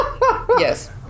Yes